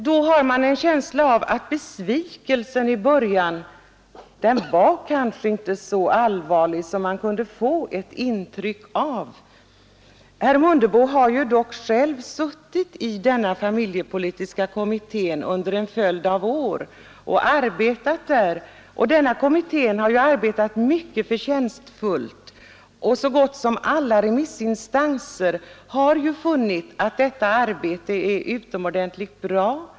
Man får en känsla av att besvikelsen i början kanske inte var så allvarlig som man kunde få ett intryck av. Herr Mundebo har ju dock själv suttit i familjepolitiska kommittén under en följd av år och arbetat där. Kommittén har arbetat mycket förtjänstfullt. Så gott som alla remissinstanser har funnit att dess arbete är utomordentligt bra.